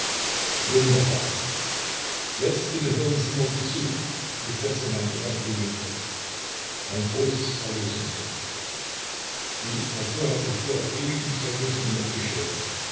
wunderbar jetzt bitte hören sie nur gut zu ich setze mein evangelium fort mein großes erlösungswerk die natur hat sich ihrer ewigen zwecklosen morde geschämt